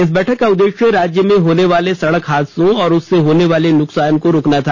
इस बैठक का उद्देश्य राज्य में होने वाले सड़क हादसों और उससे होने वाले नुकसान को रोकना था